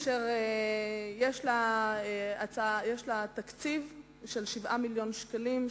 אשר יש לה תקציב של 7 מיליוני שקלים.